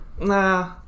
Nah